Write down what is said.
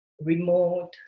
remote